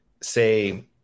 say